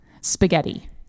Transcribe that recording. spaghetti